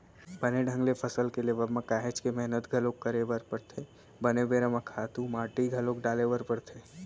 बने ढंग ले फसल के लेवब म काहेच के मेहनत घलोक करे बर परथे, बने बेरा म खातू माटी घलोक डाले बर परथे